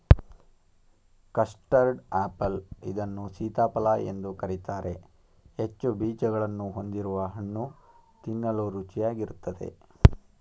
custard apple ಇದನ್ನು ಸೀತಾಫಲ ಎಂದು ಕರಿತಾರೆ ಹೆಚ್ಚು ಬೀಜಗಳನ್ನು ಹೊಂದಿರುವ ಹಣ್ಣು ತಿನ್ನಲು ರುಚಿಯಾಗಿರುತ್ತದೆ